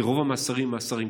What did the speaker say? כי רוב המאסרים הם מאסרים קצרים.